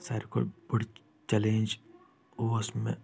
ساروٕے کھۄتہٕ بوٚڑ چیلینج اوس مےٚ